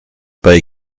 bei